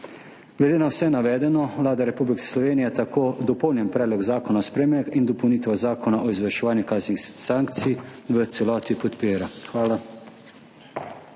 Glede na vse navedeno Vlada Republike Slovenije tako dopolnjen Predlog zakona o spremembah in dopolnitvah Zakona o izvrševanju kazenskih sankcij v celoti podpira. Hvala